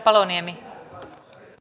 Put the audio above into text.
arvoisa puhemies